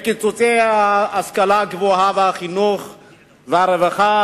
לקיצוצי ההשכלה הגבוהה והחינוך והרווחה,